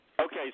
Okay